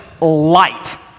light